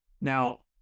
Now